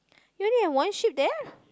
you only have one sheep there